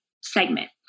segment